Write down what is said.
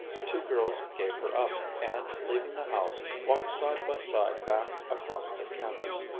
the two girls gave her up, and leaving the house, walked side by side back across the campus,